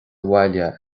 bhaile